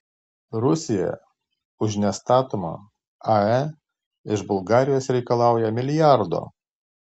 rusija už nestatomą ae iš bulgarijos reikalauja milijardo